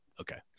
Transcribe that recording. Okay